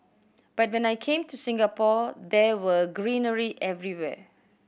but when I came to Singapore there were greenery everywhere